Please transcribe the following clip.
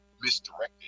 misdirected